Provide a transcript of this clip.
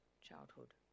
childhood